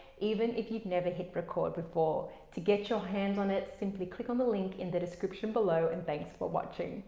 even if you've never hit record before. to get your hands on it, simply click on the link in the description below and thanks for watching.